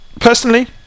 Personally